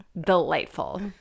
Delightful